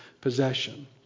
possession